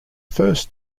first